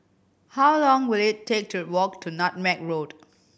how long will it take to walk to Nutmeg Road